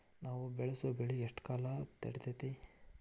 ನಾವು ಬೆಳಸೋ ಬೆಳಿ ಎಷ್ಟು ಕಾಲ ತಡೇತೇತಿ?